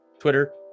Twitter